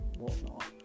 whatnot